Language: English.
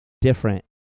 different